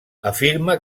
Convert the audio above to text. afirma